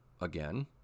again